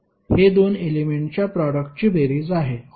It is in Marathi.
हे 2 एलेमेंट्सच्या प्रोडक्टची बेरीज होईल